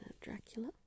Dracula